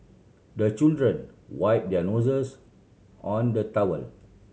the children wipe their noses on the towel